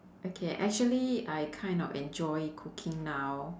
okay actually I kind of enjoy cooking now